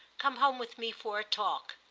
come home with me for a talk.